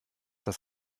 das